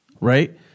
right